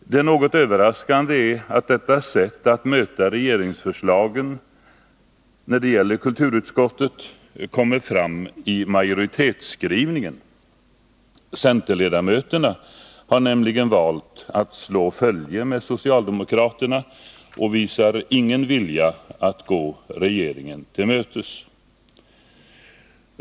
Det något överraskande är att detta sätt att möta regeringsförslaget när det gäller kulturutskottet kommer fram i majoritetsskrivningen. Centerns ledamöter har nämligen valt att slå följe med socialdemokraterna och visar ingen vilja att gå regeringen till mötes.